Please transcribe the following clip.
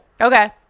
Okay